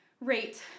rate